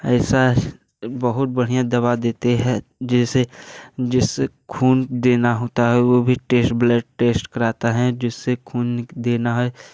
ऐसा बहुत बढ़िया दवा देते हैं जैसे जैसे खून देना होता है वो भी टेस्ट ब्लड टेस्ट कराता हैं जिससे खून देना है